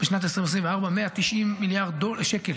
בשנת 2024 190 מיליארד שקל